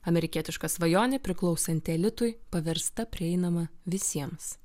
amerikietiška svajonė priklausanti elitui paversta prieinama visiems